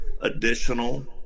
additional